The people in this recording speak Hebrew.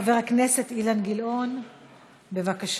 חבר הכנסת אילן גילאון, בבקשה.